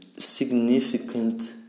significant